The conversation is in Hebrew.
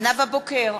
נאוה בוקר,